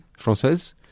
française